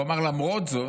הוא אמר שלמרות זאת,